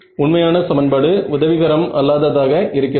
உண்மையான சமன்பாடு உதவிகரமல்லாததாக இருக்கிறது